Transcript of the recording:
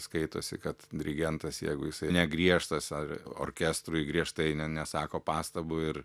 skaitosi kad dirigentas jeigu jisai negriežtas ar orkestrui griežtai ne nesako pastabų ir